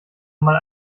mal